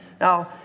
Now